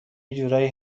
جورایی